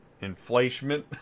Inflation